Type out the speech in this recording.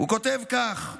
הוא כותב כך: